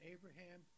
Abraham